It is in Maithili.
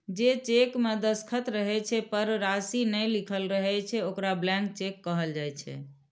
जे चेक मे दस्तखत रहै छै, पर राशि नै लिखल रहै छै, ओकरा ब्लैंक चेक कहल जाइ छै